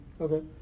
Okay